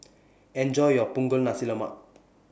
Enjoy your Punggol Nasi Lemak